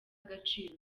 agaciro